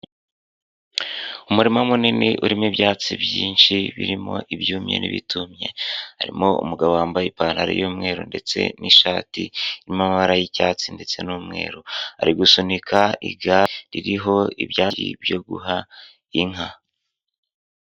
Umurima munini urimo ibyatsi byinshi birimo ibyumye n'ibitumye harimo umugabo wambaye ipantaro y'umweru ndetse n'ishati irimo amabara y'icyatsi ndetse n'umweru, ari gusunika igare ririho ibyatsi byo guha inka.